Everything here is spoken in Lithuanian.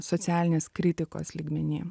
socialinės kritikos lygmeny